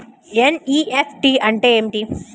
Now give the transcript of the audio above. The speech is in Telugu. ఎన్.ఈ.ఎఫ్.టీ అంటే ఏమిటీ?